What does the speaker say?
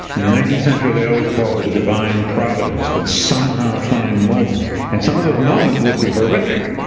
in the nineteenth century, they always called it divine providence, would somehow find moments and some of those moments would be horrific.